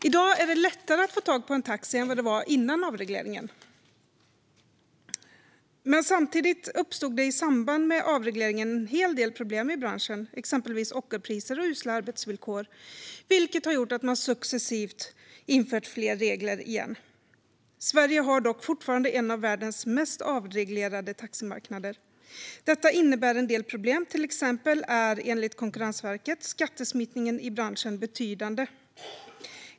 I dag är det lättare att få tag på en taxi än det var före avregleringen, men samtidigt uppstod i samband med avregleringen en hel del problem i branschen, exempelvis ockerpriser och usla arbetsvillkor, vilket har gjort att man successivt har infört fler regler igen. Sverige har dock fortfarande en av världens mest avreglerade taximarknader. Detta innebär en del problem; till exempel är enligt Konkurrensverket omfattningen av skattesmitningen i branschen betydande.